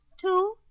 Two